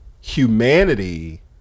humanity